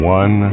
one